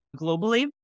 globally